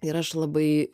ir aš labai